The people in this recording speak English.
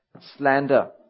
slander